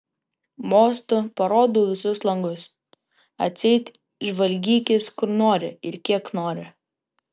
mostu parodau visus langus atseit žvalgykis kur nori ir kiek nori